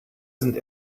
sind